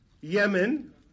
Yemen